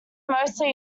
mostly